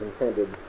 intended